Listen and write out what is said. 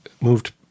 moved